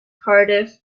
cardiff